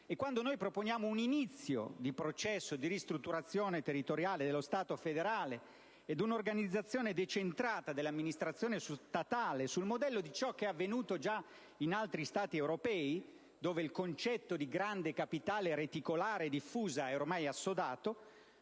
E quando noi proponiamo un inizio di processo di ristrutturazione territoriale dello Stato federale ed un'organizzazione decentrata dell'amministrazione statale sul modello di ciò che è avvenuto già in altri Stati europei - dove il concetto di grande capitale reticolare diffusa è ormai assodato